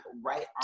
right